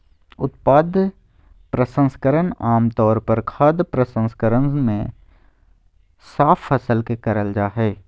उत्पाद प्रसंस्करण आम तौर पर खाद्य प्रसंस्करण मे साफ फसल के करल जा हई